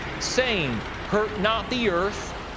saying, hurt not the earth,